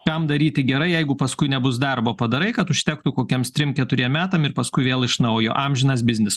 kam daryti gerai jeigu paskui nebus darbo padarai kad užtektų kokiems trim keturiem metam paskui vėl iš naujo amžinas biznis